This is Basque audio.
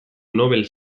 nobel